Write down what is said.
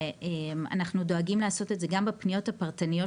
אבל אנחנו משתדלים לעשות את זה גם בפניות הפרטניות